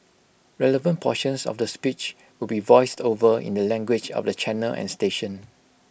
relevant portions of the speech will be voiced over in the language of the channel and station